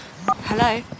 Hello